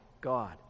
God